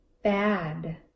bad